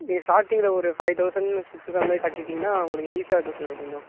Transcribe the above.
ஸ்டார்டிங்கில் ஒரு five thousand six அந்த மாதிரி கட்டிட்டீங்கன்னால் உங்களுக்கு ஈஸியாக இருக்கும் சார் அது கொஞ்சம்